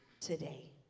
today